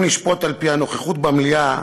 אם לשפוט על-פי הנוכחות במליאה,